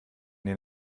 den